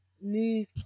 move